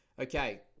Okay